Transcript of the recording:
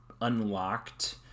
unlocked